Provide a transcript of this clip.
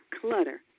Clutter